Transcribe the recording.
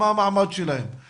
גם את הרעבים החדשים שמדברים